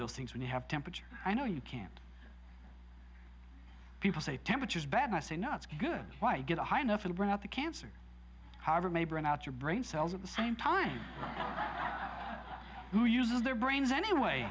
those things when you have temperature i know you can't people say temperature is bad i say no it's good why get high enough to bring out the cancer however may bring out your brain cells at the same time who uses their brains anyway